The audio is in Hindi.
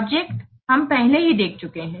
प्रोजेक्ट हम पहले ही देख चुके हैं